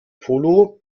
polo